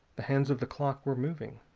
the hands of the clock were moving